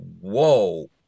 Whoa